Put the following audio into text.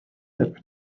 erbyn